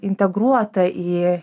integruota į